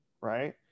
right